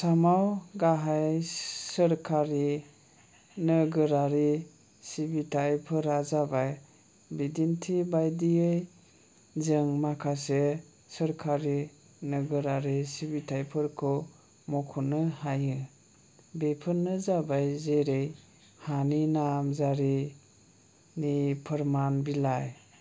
आसामाव गाहाइ सोरखारि नोगोरारि सिबिथायफोरा जाबाय बिदिन्थि बायदियै जों माखासे सोरखारि नोगोरारि सिबिथायफोरखौ मख'नो हायो बेफोरनो जाबाय जेरै हानि नामजारिनि फोरमान बिलाइ